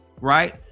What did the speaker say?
Right